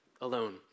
alone